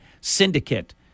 syndicate